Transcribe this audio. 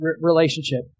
relationship